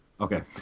Okay